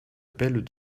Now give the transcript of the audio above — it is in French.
belles